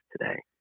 today